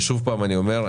שוב פעם אני אומר,